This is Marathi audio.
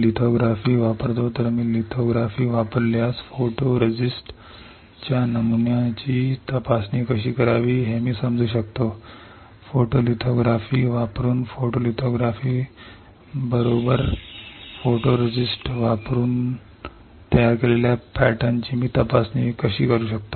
लिथोग्राफी वापरतो तर फोटोरेस्टिस्टच्या नमुन्याची तपासणी कशी करावी हे समजू शकते फोटोलिथोग्राफी वापरून फोटोलिथोग्राफी काय योग्य आहे याचा वापर करून फोटोरिस्टने तयार केलेल्या पॅटर्नची मी तपासणी कशी करू शकतो